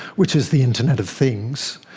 which is the internet of things,